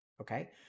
Okay